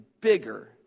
bigger